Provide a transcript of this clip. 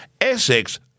Essex